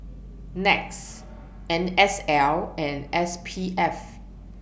Nets N S L and S P F